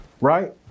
right